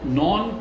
non